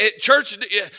church